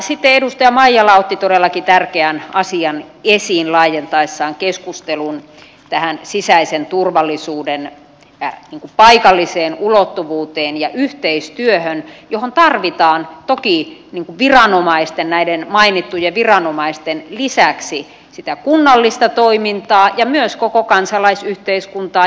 sitten edustaja maijala otti todellakin tärkeän asian esiin laajentaessaan keskustelun tähän sisäisen turvallisuuden paikalliseen ulottuvuuteen ja yhteistyöhön johon tarvitaan toki viranomaisten näiden mainittujen viranomaisten lisäksi sitä kunnallista toimintaa ja myös koko kansalaisyhteiskuntaa järjestötoimintaa